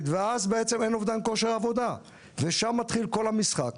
ואז בעצם אין אובדן כושר עבודה ומתחיל כל המשחק.